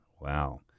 Wow